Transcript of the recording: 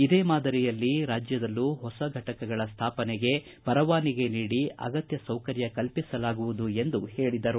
ಇದೇ ಮಾದರಿಯಲ್ಲಿ ಕರ್ನಾಟಕದಲ್ಲೂ ಹೊಸ ಘಟಕಗಳ ಸ್ಯಾಪನೆಗೆ ಪರವಾನಗಿ ನೀಡಿ ಅಗತ್ಯ ಸೌಕರ್ಯ ಕಲ್ಪಿಸಲಾಗುವುದು ಎಂದರು